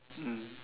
mm